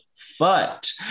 foot